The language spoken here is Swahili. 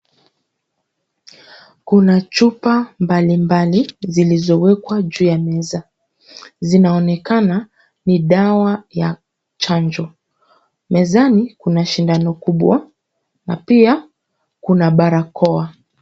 Kuna chupa mbalimbali zilizo wekwa juu ya meza linaonekana ni dawa ya chanjo. Mezani Kuna sindano kubwa na pia Kuna barakoa.